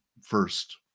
first